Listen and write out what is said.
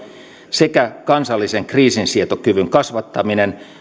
sekä kansallisen kriisinsietokyvyn kasvattaminen